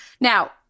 Now